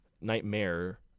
Nightmare